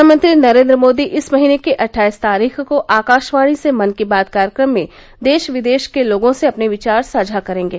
प्रधानमंत्री नरेन्द्र मोदी इस महीने की अट्ठाईस तारीख को आकाशवाणी से मन की बात कार्यक्रम में देश विदेश के लोगों से अपने विचार साझा करेंगे